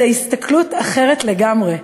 זו הסתכלות אחרת לגמרי,